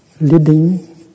leading